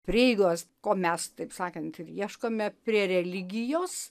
prieigos ko mes taip sakant ir ieškome prie religijos